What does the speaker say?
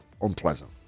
unpleasant